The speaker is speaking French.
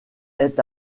est